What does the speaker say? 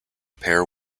pair